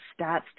stats